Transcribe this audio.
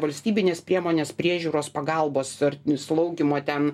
valstybinės priemonės priežiūros pagalbos ir slaugymo ten